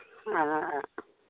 ꯑꯥ ꯑꯥ